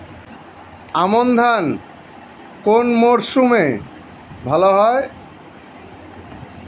আমন ধান কোন মরশুমে ভাল হয়?